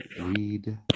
read